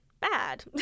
bad